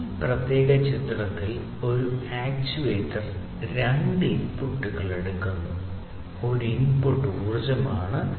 ഈ പ്രത്യേക ചിത്രത്തിൽ ഒരു ആക്യുവേറ്റർ രണ്ട് ഇൻപുട്ടുകൾ എടുക്കുന്നു ഒരു ഇൻപുട്ട് ഊർജ്ജമാണ്